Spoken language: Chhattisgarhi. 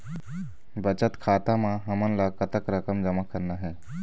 बचत खाता म हमन ला कतक रकम जमा करना हे?